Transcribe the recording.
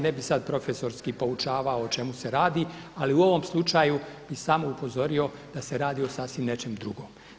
Ne bih sad profesorski poučavao o čemu se radi, ali u ovom slučaju bih samo upozorio da se radi o sasvim nečem drugom.